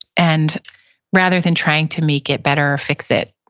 and rather than trying to make it better or fix it,